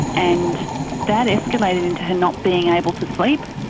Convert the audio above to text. and that escalated into her not being able to sleep,